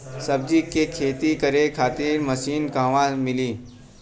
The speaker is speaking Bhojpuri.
सब्जी के खेती करे खातिर मशीन कहवा मिली?